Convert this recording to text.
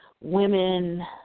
women